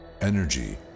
energy